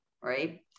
right